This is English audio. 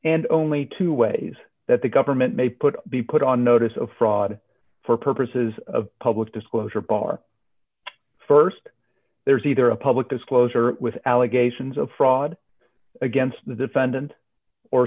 and only two ways that the government may put be put on notice of fraud for purposes of public disclosure bar st there's either a public disclosure with allegations of fraud against the defendant